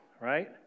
right